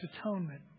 atonement